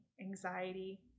anxiety